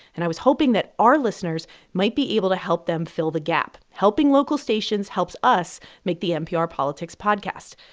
and i was hoping that our listeners might be able to help them fill the gap. helping local stations helps us make the npr politics podcast.